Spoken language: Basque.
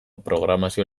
programazio